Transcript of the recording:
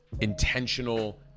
intentional